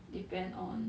depend on